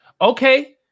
okay